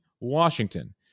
Washington